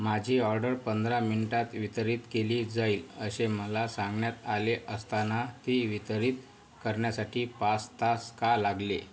माझी ऑर्डर पंधरा मिनिटात वितरित केली जाईल असे मला सांगण्यात आले असताना ती वितरित करण्यासाठी पाच तास का लागले